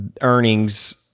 earnings